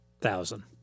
Thousand